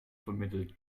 vermittelt